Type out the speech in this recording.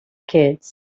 kids